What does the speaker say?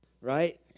right